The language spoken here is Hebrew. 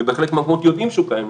ובחלק מהקומות יודעים שהוא קיים,